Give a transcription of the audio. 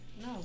No